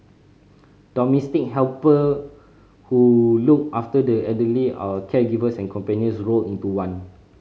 domestic helper who look after the elderly are caregivers and companions rolled into one